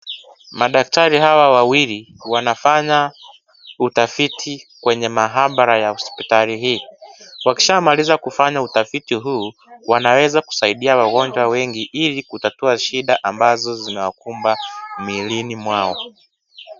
Madaktari hawa wawili, wanafanya utafiti kwenye maabara ya hospitali hii. Wakishamaliza kufanya utafiti huu, wanaweza kusaidia wagonjwa wengi ili kutatua shida ambazo zinawakumba mwilini mwao.